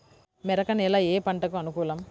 మెరక నేల ఏ పంటకు అనుకూలం?